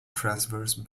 transverse